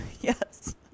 Yes